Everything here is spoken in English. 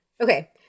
Okay